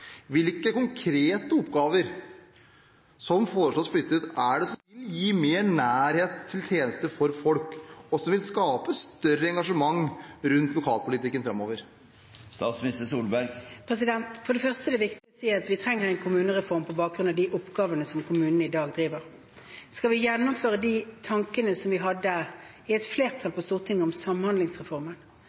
Hvilke konkrete oppgaver som foreslås flyttet, er det som vil gi mer nærhet til tjenester for folk, og som vil skape større engasjement rundt lokalpolitikken framover? For det første er det viktig med en kommunereform på bakgrunn av de oppgavene som kommunene i dag driver. Skal vi gjennomføre de tankene som vi hadde – et flertall på Stortinget – i forbindelse med Samhandlingsreformen